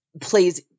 plays